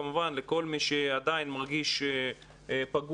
כמובן לכל מי שעדיין מרגיש פגוע,